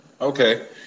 Okay